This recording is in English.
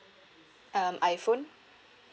um iphone